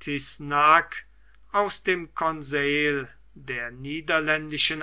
tyssenacque aus dem conseil der niederländischen